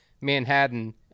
Manhattan